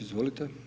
Izvolite.